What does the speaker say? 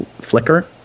flicker